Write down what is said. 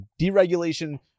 deregulation